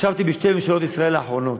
ישבתי בשתי ממשלות ישראל האחרונות,